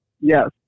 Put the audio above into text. yes